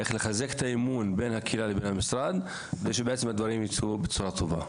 איך לחזק את האמון בין הקהילה לבין המשרד כדי שהדברים יצאו בצורה טובה,